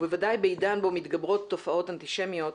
ובוודאי בעידן בו מתגברות תופעות אנטישמיות,